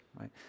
right